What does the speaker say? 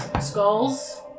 Skulls